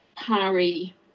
Harry